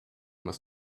must